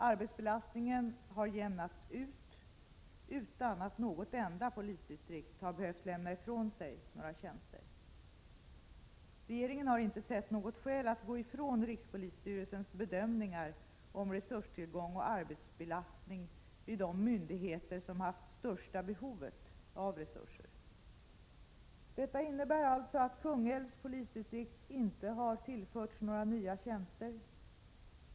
Arbetsbelastningen har jämnats ut utan att något enda polisdistrikt behövt lämna ifrån sig några tjänster. Regeringen har inte sett några skäl att gå ifrån rikspolisstyrelsens bedömningar om resurstillgång och arbetsbelastning vid de myndigheter som haft största behovet av resurser. Detta innebär alltså att Kungälvs polisdistrikt inte har tillförts några nya tjänster.